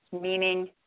meaning